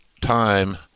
time